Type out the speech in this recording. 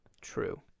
True